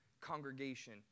congregation